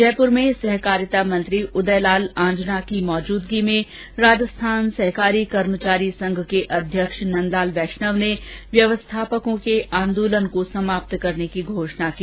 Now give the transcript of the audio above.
जयपुर में सहकारिता मंत्री उदय लाल आंजना की मौजूदगी में राजस्थान सहकारी कर्मचारी संघ के अध्यक्ष नंदलाल वैष्णव ने व्यवस्थापकों के आंदोलन को समाप्त करने की घोषणा की